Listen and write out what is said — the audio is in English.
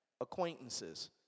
acquaintances